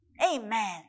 Amen